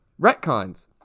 Retcons